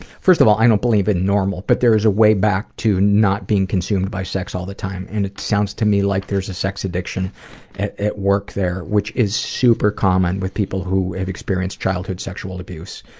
first of all, i don't believe in normal, but there is a way back to not being consumed by sex all the time, and it sounds to me like there's a sex addiction at at work there, there, which is super common with people who have experienced childhood sexual abuse,